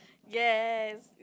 yes